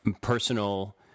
personal